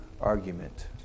argument